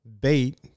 bait